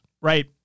right